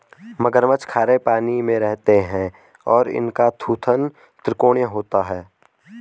मगरमच्छ खारे पानी में रहते हैं और इनका थूथन त्रिकोणीय होता है